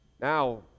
Now